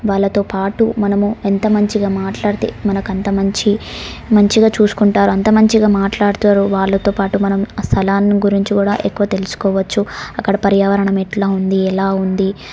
వాళ్ళతో పాటు మనము ఎంత మంచిగా మాట్లాడితే మనకు అంత మంచి మంచిగా చూసుకుంటారు అంత మంచిగా మాట్లాడతారో వాళ్ళతో పాటు మనం ఆ స్థలాన్ని గురించి కూడా ఎక్కువ తెలుసుకోవచ్చు అక్కడ పర్యావరణం ఎట్లా ఉంది ఎలా ఉంది